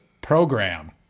program